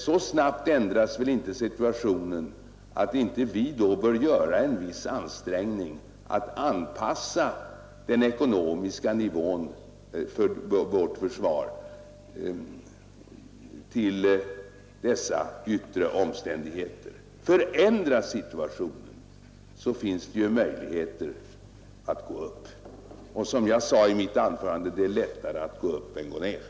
Så snabbt ändras väl inte situationen, att vi då inte bör kunna genom en viss ansträngning anpassa den ekonomiska nivån för vårt försvar till dessa yttre omständigheter. Förändras situationen, finns det ju möjligheter att gå uppåt. Och som jag sade i mitt anförande: det är lättare att gå upp än att gå ned.